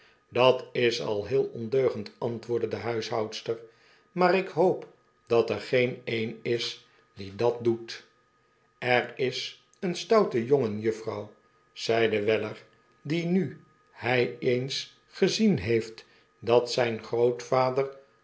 dat is al heel ondeugend antwoordde de huishoudster maar ik hoop dat er geen een is die dat doet er is een stoute jongen juffrouw zeide weller die nu hy eens gezien heeft dat zyn grootvader